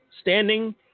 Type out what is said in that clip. standing